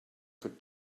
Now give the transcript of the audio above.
could